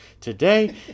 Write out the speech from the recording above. today